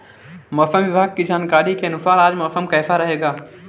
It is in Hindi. मौसम विभाग की जानकारी के अनुसार आज मौसम कैसा रहेगा?